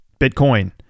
Bitcoin